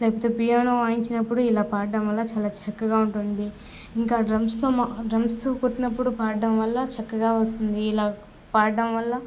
లేకపోతే పియానో వాయించినప్పుడు ఇలా పాడడం వల్ల చాలా చక్కగా ఉంటుంది ఇంకా డ్రమ్స్తో మ డ్రమ్స్ కొట్టినప్పుడు పాడడం వల్ల చక్కగా వస్తుంది ఇలా పాడడం వల్ల